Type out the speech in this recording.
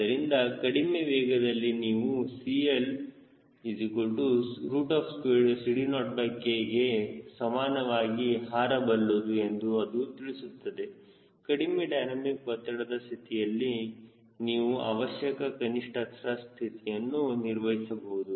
ಆದ್ದರಿಂದ ಕಡಿಮೆ ವೇಗದಲ್ಲಿ ನೀವು CL CD0Kಗೆ ಸಮಾನವಾಗಿ ಹಾರಬಲ್ಲದು ಎಂದು ಅದು ತಿಳಿಸುತ್ತದೆ ಕಡಿಮೆ ಡೈನಾಮಿಕ್ ಒತ್ತಡದ ಸ್ಥಿತಿಯಲ್ಲಿ ನೀವು ಅವಶ್ಯಕ ಕನಿಷ್ಠ ತ್ರಸ್ಟ್ ಸ್ಥಿತಿಯನ್ನು ನಿರ್ವಹಿಸಬಹುದು